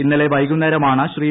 ഇന്നലെ വൈകുന്നേരമാണ് ശ്രീ